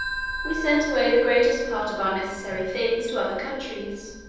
we sent away the greatest part of our necessary things to other countries,